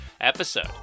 episode